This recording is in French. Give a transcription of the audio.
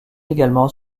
également